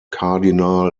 cardinal